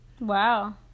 Wow